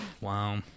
Wow